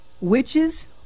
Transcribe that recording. witches